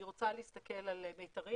אני רוצה להסתכל על 'מיתרים'.